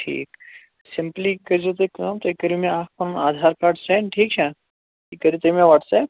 ٹھیٖک سِمپٕلی کٔرۍ زیو تُہۍ کٲم تُہۍ کٔرِو مےٚ اَکھ پَنُن آدھار کارڈ سیٚنٛڈ ٹھیٖک چھا یہِ کٔرِو تُہۍ مےٚ واٹٕساپ